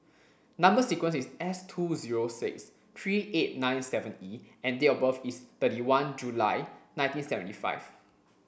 number sequence is S two zero six three eight nine seven E and date of birth is thirty one July nineteen seventy five